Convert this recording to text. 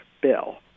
bill